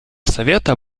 совета